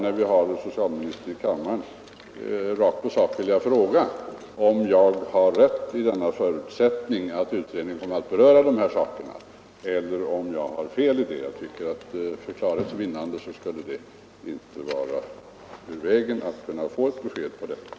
När vi nu har socialministern i kammaren skulle jag rakt på sak vilja fråga honom om jag har rätt när jag förutsätter att utredningen kommer att beröra dessa saker. Det vore lämpligt att i dag få ett klarläggande besked på den punkten.